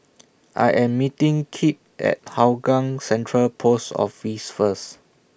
I Am meeting Kip At Hougang Central Post Office First